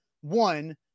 one